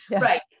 Right